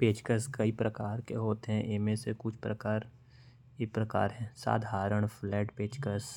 पेचकस कई प्रकार के होयल। साधारण फ़्लैट पेचकश